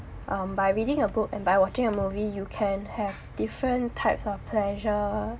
um by reading a book and by watching a movie you can have different types of pleasure